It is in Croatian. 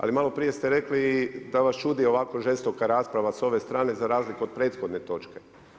Ali malo prije ste rekli i da vas čudi ovako žestoka rasprava s ove strane za razliku od prethodne točke.